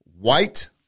white